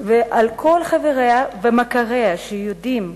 ועל כל חבריה ומכריה שיודעים,